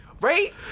Right